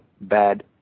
bad